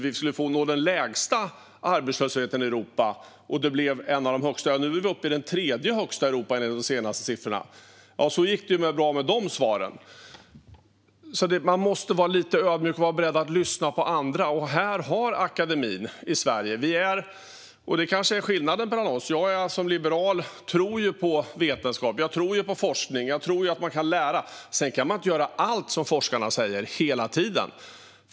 Vi skulle nå den lägsta arbetslösheten i Europa, men det blev en av de högsta. Nu är vi uppe i den tredje högsta i Europa, enligt de senaste siffrorna. Så bra gick det med de svaren. Man måste vara lite ödmjuk och vara beredd att lyssna på andra, och där har vi akademin i Sverige. Det kanske är skillnaden mellan oss. Jag som liberal tror på vetenskap och forskning och på att man kan lära. Sedan kan man inte göra allt som forskarna säger hela tiden.